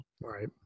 right